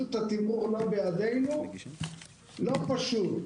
רשות התמרור לא בידינו וזה לא פשוט.